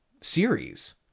series